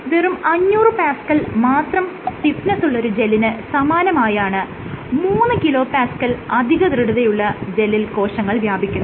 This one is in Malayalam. വെറും 500Pa മാത്രം സ്റ്റിഫ്നെസുള്ള ഒരു ജെല്ലിന് സമാനമായാണ് 3kPa അധിക ദൃഢതയുള്ള ജെല്ലിൽ കോശങ്ങൾ വ്യാപിക്കുന്നത്